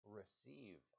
receive